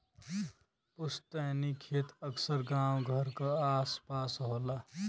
पुस्तैनी खेत अक्सर गांव घर क आस पास होला